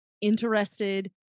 interested